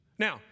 Now